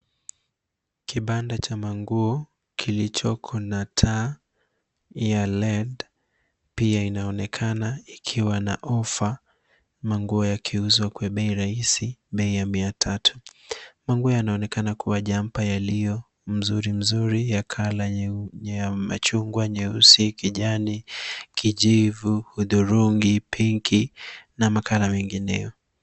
Kibanda cha manguo kilichoko na taa ya led pia inaonekana ikiwa na ofa manguo yakiuzwa kwa bei rahisi, bei ya mia tatu. Manguo yanaonekana kuwa jumper yaliyo mzuri mzuri ya kala machungwa, meusi, kijani kijivu, hudhurungi, pinki na makala mengineyo